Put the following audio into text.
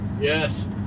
yes